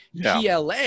pla